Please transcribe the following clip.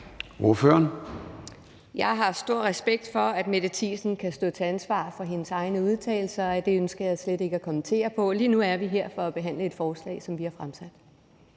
Jeg har stor respekt for, at Mette Thiesen kan stå til ansvar for sine egne udtalelser, og det ønsker jeg slet ikke at kommentere på. Lige nu er vi her for at behandle et forslag, som vi har fremsat.